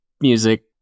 music